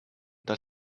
that